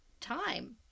time